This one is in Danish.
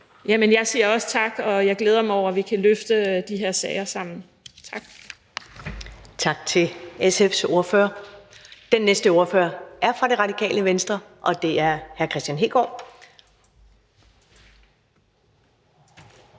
Jeg siger også tak, og jeg glæder mig over, at vi kan løfte de her sager sammen. Tak. Kl. 10:36 Første næstformand (Karen Ellemann): Tak til SF's ordfører. Den næste ordfører er fra Det Radikale Venstre, og det er hr. Kristian Hegaard.